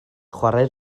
chwarae